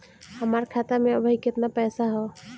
हमार खाता मे अबही केतना पैसा ह?